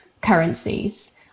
currencies